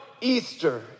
Easter